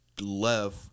left